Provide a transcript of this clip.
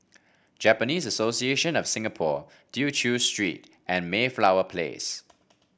Japanese Association of Singapore Tew Chew Street and Mayflower Place